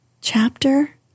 Chapter